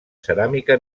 ceràmica